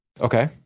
Okay